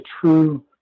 true